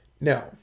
Now